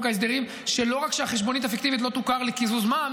ההסדרים שלא רק שהחשבונית הפיקטיבית לא תוכר לקיזוז מע"מ,